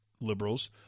liberals